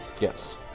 Yes